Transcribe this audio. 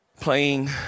playing